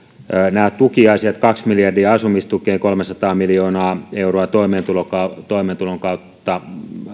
nämä tukiasiat kaksi miljardia asumistukeen ja kolmesataa miljoonaa euroa toimeentulon toimeentulon kautta